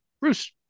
bruce